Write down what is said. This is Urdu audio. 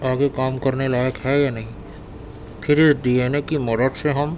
آگے کام کرنے لائق ہے یا نہیں پھر یہ ڈی این اے کی مدد سے ہم